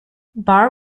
barr